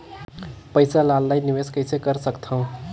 पईसा ल ऑनलाइन निवेश कइसे कर सकथव?